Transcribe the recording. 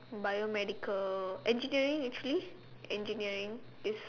biomedical engineering actually engineering is